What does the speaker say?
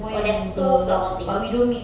oh there's two floorball teams